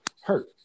hurt